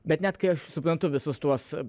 bet net kai aš suprantu visus tuos